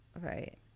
right